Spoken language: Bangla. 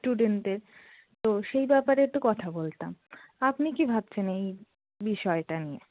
স্টুডেন্টদের তো সেই ব্যাপারে তো কথা বলতাম আপনি কি ভাবছেন এই বিষয়টা নিয়ে